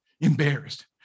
embarrassed